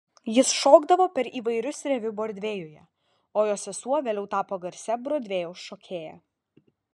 jis šokdavo per įvairius reviu brodvėjuje o jo sesuo vėliau tapo garsia brodvėjaus šokėja